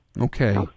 Okay